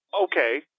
Okay